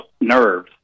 nerves